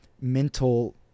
mental